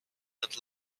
not